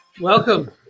Welcome